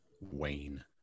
Wayne